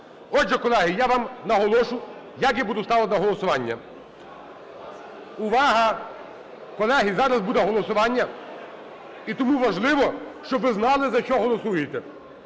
Отже, колеги, я вам наголошу, як я буду ставити на голосування. Увага! Колеги, зараз буде голосування, і тому важливо, щоб ви знали, за що голосуєте.